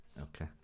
Okay